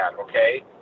okay